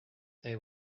they